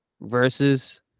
versus